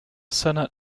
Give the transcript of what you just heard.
senate